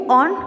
on